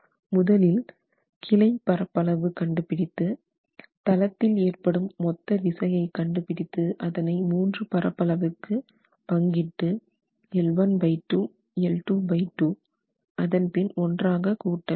முதலில் கிளை பரப்பளவு கண்டுபிடித்து தளத்தில் ஏற்படும் மொத்த விசையை கண்டுபிடித்து அதனை மூன்று பரப்பளவுக்கு பங்கிட்டு L12 L22 அதன்பின் ஒன்றாக கூட்டல் வேண்டும்